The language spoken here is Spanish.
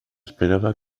esperaba